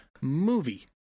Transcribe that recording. movie